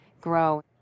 grow